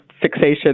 fixation